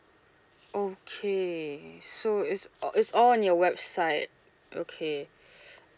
okay so it's all it's all on your website okay